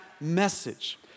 message